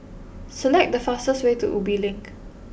select the faster way to Ubi Link